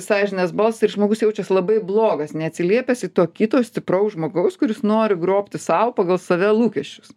sąžinės balsą ir žmogus jaučiasi labai blogas neatsiliepęs į to kito stipraus žmogaus kuris nori grobti sau pagal save lūkesčius